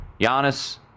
Giannis